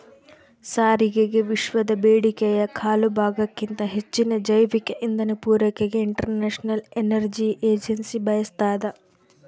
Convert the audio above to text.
ಸಾರಿಗೆಗೆವಿಶ್ವದ ಬೇಡಿಕೆಯ ಕಾಲುಭಾಗಕ್ಕಿಂತ ಹೆಚ್ಚಿನ ಜೈವಿಕ ಇಂಧನ ಪೂರೈಕೆಗೆ ಇಂಟರ್ನ್ಯಾಷನಲ್ ಎನರ್ಜಿ ಏಜೆನ್ಸಿ ಬಯಸ್ತಾದ